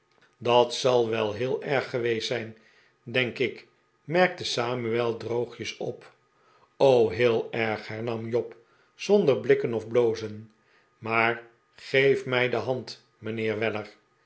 dat zal wel heel erg geweest zijn denk ik merkte samuel droogjes op heel erg hernam job zonder blikken of blozen maar geef mij de hand mijnheer weller